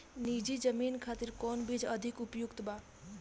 नीची जमीन खातिर कौन बीज अधिक उपयुक्त बा?